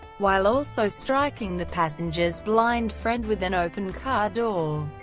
while also striking the passenger's blind friend with an open car door.